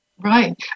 Right